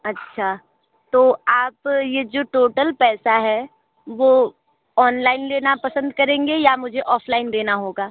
अच्छा तो आप यह जो टोटल पैसा है वो ऑनलाइन लेना पसंद करेंगे या मुझे ऑफलाइन देना होगा